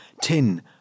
tin